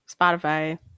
spotify